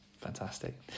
fantastic